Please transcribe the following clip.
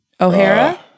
O'Hara